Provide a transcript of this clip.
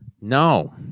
No